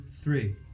three